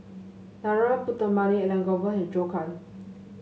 Narana Putumaippittan Elangovan and Zhou Can